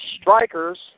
Strikers